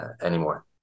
anymore